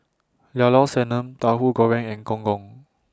Llao Sanum Tauhu Goreng and Gong Gong